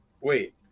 Wait